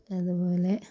അതുപോലെ